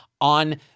on